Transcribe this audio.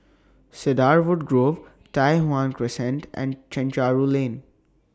Cedarwood Grove Tai Hwan Crescent and Chencharu Lane